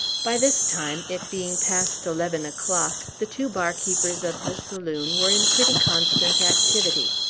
by this time, it being past eleven o'clock, the two bar-keepers of the saloon were in pretty constant activity.